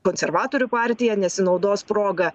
konservatorių partija nesinaudos proga